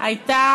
הייתה